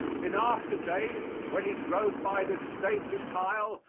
in after days, when he drove by this stately pile,